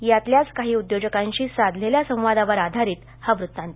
यातल्याच काही उद्योजकांशी साधलेल्या संवादावर आधारित वृत्तान्त